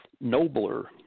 nobler